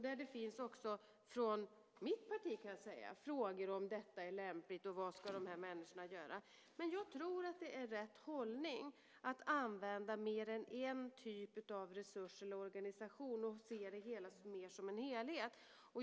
Där finns det också från mitt parti frågor om detta är lämpligt och vad dessa människor ska göra. Jag tror att det är rätt hållning att använda mer än en typ av resurs eller organisation och se det hela som en helhet.